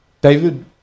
David